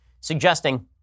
suggesting